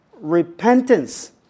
repentance